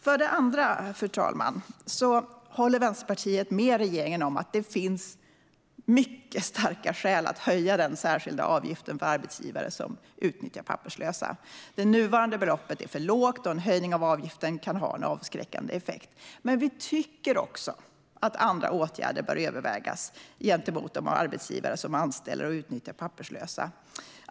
För det andra, fru talman, håller Vänsterpartiet med regeringen om att det finns mycket starka skäl att höja den särskilda avgiften för arbetsgivare som utnyttjar papperslösa. Det nuvarande beloppet är för lågt, och en höjning av avgiften kan ha en avskräckande effekt. Men vi tycker också att andra åtgärder bör övervägas gentemot de arbetsgivare som anställer och utnyttjar papperslösa.